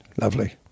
Lovely